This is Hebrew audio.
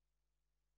הישיבה.